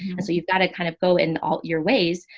and so you've got to kind of go in all your ways,